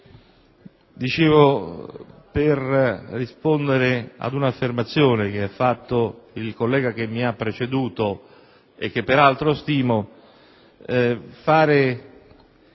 Desidero rispondere ad un'affermazione che ha fatto il collega che mi ha preceduto e che peraltro stimo: